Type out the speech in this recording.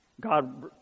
God